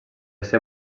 ser